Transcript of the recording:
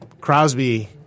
Crosby